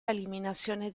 eliminazione